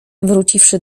wróciwszy